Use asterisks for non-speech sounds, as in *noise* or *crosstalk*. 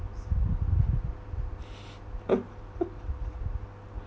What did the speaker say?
*laughs*